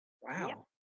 Wow